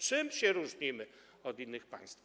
Czym się różnimy od innych państw?